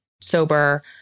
sober